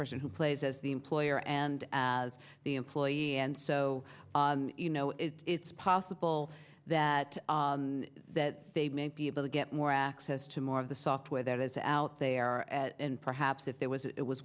person who plays as the employer and as the employee and so you know it's possible that that they may be able to get more access to more of the software that is out there and perhaps if there was it was